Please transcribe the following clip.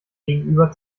gegenüber